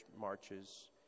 marches